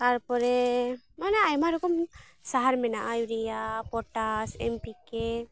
ᱛᱟᱨᱯᱚᱨᱮ ᱢᱟᱱᱮ ᱟᱭᱢᱟ ᱨᱚᱠᱚᱢ ᱥᱟᱦᱟᱨ ᱢᱮᱱᱟᱜᱼᱟ ᱤᱭᱩᱨᱤᱭᱟ ᱯᱚᱴᱟᱥ ᱮᱱ ᱯᱤ ᱠᱮ